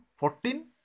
14